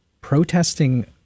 protesting